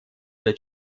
для